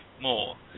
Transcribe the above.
more